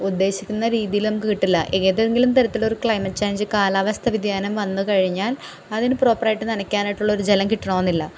ഉദ്ദേശിക്കുന്ന രീതിയിൽ നമുക്ക് കിട്ടില്ല ഏതെങ്കിലും തരത്തിലൊരു ക്ലൈമറ്റ് ചേയ്ഞ്ച് കാലാവസ്ഥ വ്യതിയാനം വന്ന് കഴിഞ്ഞാൽ അതിന് പ്രോപ്പറായിട്ട് നനയ്ക്കാനായിട്ടുള്ള ഒരു ജലം കിട്ടണം എന്നില്ല